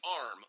arm